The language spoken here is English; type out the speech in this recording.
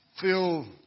feel